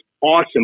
awesome